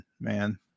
man